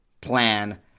plan